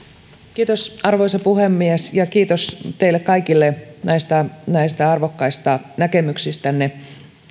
kiitos arvoisa puhemies ja kiitos teille kaikille näistä näistä arvokkaista näkemyksistänne kun